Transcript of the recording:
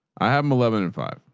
i have eleven and five.